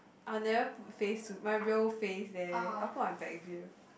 I will never face my real face there I will put my backview